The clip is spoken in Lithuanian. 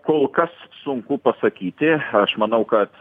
kol kas sunku pasakyti aš manau kad